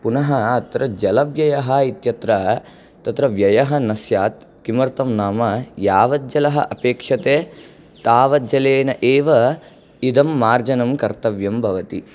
पुनः अत्र जलव्ययः इत्यत्र तत्र व्ययः न स्यात् किमर्थं नाम यावत् जलः अपेक्ष्यते तावत् जलेन एव इदं मार्जनं कर्तव्यं भवति